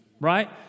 right